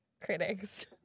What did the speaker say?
critics